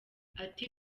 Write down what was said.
ati